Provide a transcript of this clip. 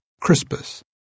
Crispus